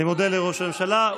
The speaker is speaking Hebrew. אני מודה לראש הממשלה,